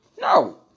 No